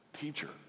teacher